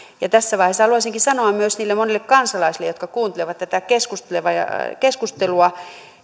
tässä vaiheessa haluaisinkin sanoa myös niille monille kansalaisille jotka kuuntelevat tätä keskustelua ja keskustelua